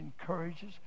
encourages